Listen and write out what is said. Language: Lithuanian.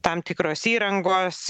tam tikros įrangos